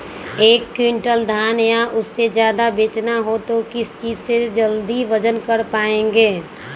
एक क्विंटल धान या उससे ज्यादा बेचना हो तो किस चीज से जल्दी वजन कर पायेंगे?